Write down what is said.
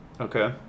Okay